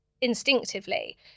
instinctively